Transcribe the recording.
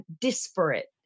disparate